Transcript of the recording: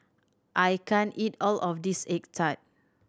I can't eat all of this egg tart